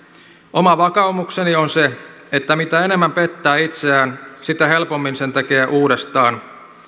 oma vakaumukseni on se että mitä enemmän pettää itseään sitä helpommin sen tekee uudestaan